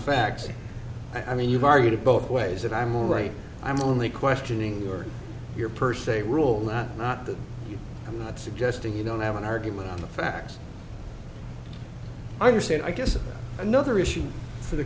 facts i mean you've argued it both ways and i'm all right i'm only questioning your your per se rule that not that i'm not suggesting you don't have an argument on the facts i understand i guess another issue for the